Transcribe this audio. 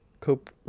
cope